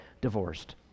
divorced